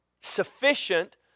sufficient